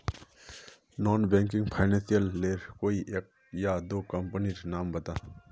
Non banking financial लेर कोई एक या दो कंपनी नीर नाम बता?